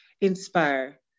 inspire